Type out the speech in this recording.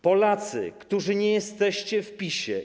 Polacy, którzy nie jesteście w PiS-ie!